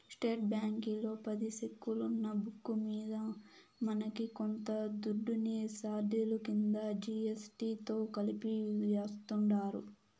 state బ్యాంకీలో పది సెక్కులున్న బుక్కు మింద మనకి కొంత దుడ్డుని సార్జిలు కింద జీ.ఎస్.టి తో కలిపి యాస్తుండారు